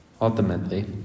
Ultimately